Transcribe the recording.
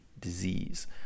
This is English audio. disease